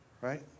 right